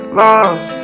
lost